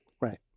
Right